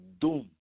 doom